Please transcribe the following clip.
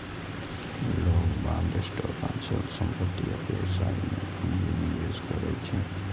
लोग bond, stock, अचल संपत्ति आ व्यवसाय मे पूंजी निवेश करै छै